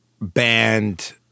band